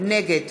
נגד